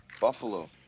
buffalo